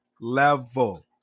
level